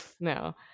no